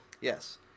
Yes